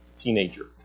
Teenager